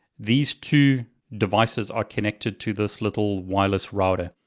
these two devices are connected to this little wireless router.